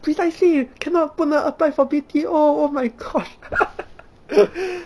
precisely cannot 不能 apply for B_T_O oh my god